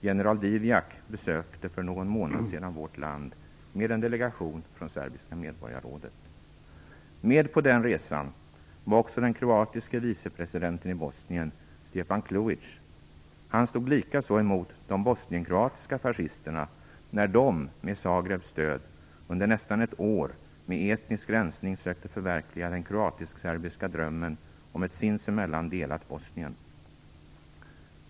General Divjak besökte för någon månad sedan vårt land med en delegation från Med på den resan var också den kroatiske vicepresidenten i Bosnien, Stjepan Kljuic. Han stod likaså emot de bosnienkroatiska fascisterna när de med Zagrebs stöd under nästan ett år med etnisk rensning sökte förverkliga den kroatisk-serbiska drömmen om ett sinsemellan delat Bosnien.